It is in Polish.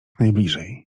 najbliżej